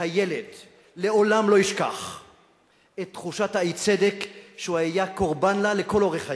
שהילד לעולם לא ישכח את תחושת האי-צדק שהוא היה קורבן לה לכל אורך חייו.